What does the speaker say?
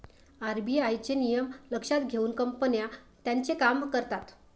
RBI चे नियम लक्षात घेऊन कंपन्या त्यांचे काम करतात